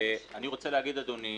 אני רוצה להגיד, אדוני,